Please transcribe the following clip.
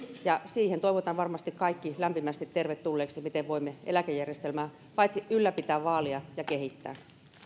ja siihen toivotan varmasti kaikki lämpimästi tervetulleiksi miten voimme eläkejärjestelmää paitsi ylläpitää myös vaalia ja kehittää